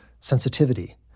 Sensitivity